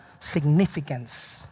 significance